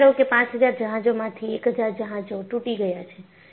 વિચારો કે 5000 જહાજોમાંથી 1000 જહાજો તૂટી ગયા છે